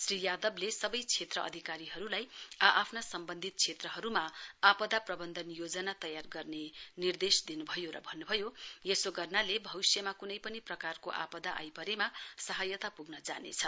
श्री यादवले सबै क्षेत्र अधिकारीहरूलाई आ आफ्नो सम्बन्धित क्षेत्रहरूमा आपदा प्रबन्धन योजना तयार गर्ने निर्देश दिनु भयो र भन्नुभयो यसो गर्नाले भविष्यमा कुनै पनि प्रकारको आपदा आइपरेमा सहायता पुग्न जानेछ